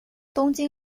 东京